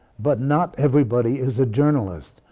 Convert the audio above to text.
but, not everybody is a journalist.